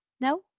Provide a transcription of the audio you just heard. No